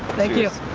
thank you.